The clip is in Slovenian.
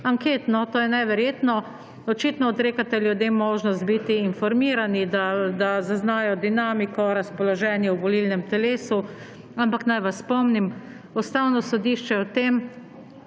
anket. No, to je neverjetno. Očitno odrekate ljudem možnost biti informirani, da zaznajo dinamiko, razpoloženje v volilnem telesu. Ampak naj vas spomnim, Ustavno sodišče je o tem,